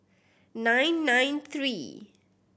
nine nine three